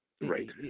Right